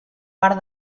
part